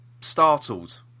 startled